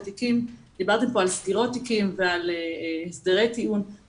דיברתם פה על סגירות תיקים והסדרי טיעון.